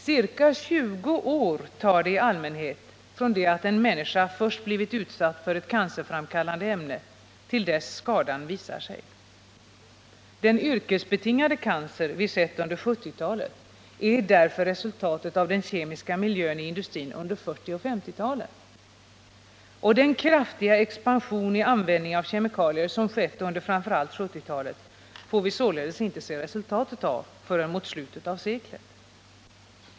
Ca 20 år tar det i allmänhet från det att en människa först blivit utsatt för ett cancerframkallande ämne till dess skadan visar sig. Den yrkesbetingade cancer vi sett under 1970-talet är därför resultatet av den kemiska miljön i industrin under 1940 och 1950-talen. Den kraftiga expansion i användning av kemikalier som skett under framför allt 1970-talet får vi således inte se resultat av förrän mot slutet av seklet.